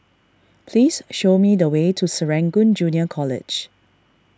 please show me the way to Serangoon Junior College